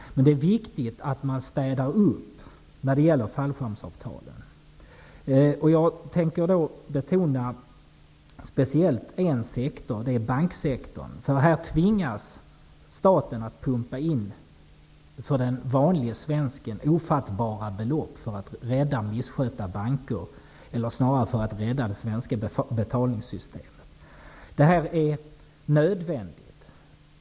Men det är viktigt att man städar upp när det gäller fallskärmsavtalen. Jag tänker då speciellt betona en sektor, banksektorn. Där tvingas staten att pumpa in för en vanlig svensk ofattbara belopp för att rädda det svenska betalningssystemet. Detta är nödvändigt.